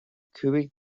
cúig